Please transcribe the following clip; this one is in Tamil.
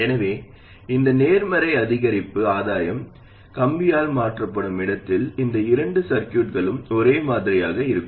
எனவே இந்த நேர்மறை அதிகரிப்பு ஆதாயம் கம்பியால் மாற்றப்படும் இடத்தில் இந்த இரண்டு சர்கியூட்களும் ஒரே மாதிரியாக இருக்கும்